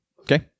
Okay